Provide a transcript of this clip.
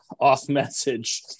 off-message